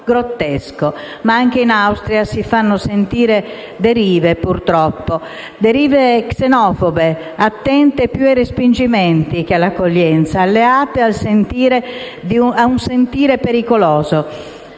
purtroppo anche in Austria si fanno sentire derive xenofobe, attente più ai respingimenti che all'accoglienza e alleate a un sentire pericoloso.